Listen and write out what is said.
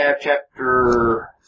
chapter